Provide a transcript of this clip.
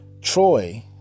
Troy